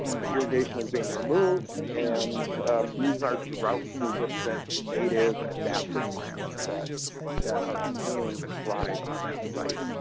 the irrigation is being removed and these are drought-resistant, native, adaptive plants that that are continuing to thrive on that site.